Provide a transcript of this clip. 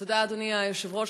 תודה, אדוני היושב-ראש.